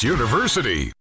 University